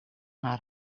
haar